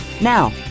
Now